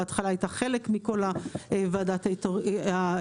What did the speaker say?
בהתחלה הייתה חלק מכל ועדת ההיתרים.